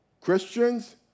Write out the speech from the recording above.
Christians